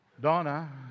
Donna